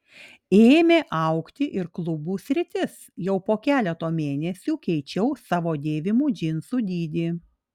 ėmė augti ir klubų sritis jau po keleto mėnesių keičiau savo dėvimų džinsų dydį